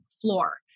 floor